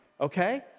okay